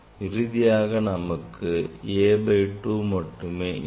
இறுதியாக நமக்கு A by 2 மட்டுமே இருக்கும்